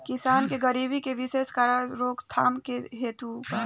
किसान के गरीबी के विशेष कारण रोकथाम हेतु उपाय?